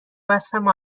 بستم